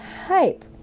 hype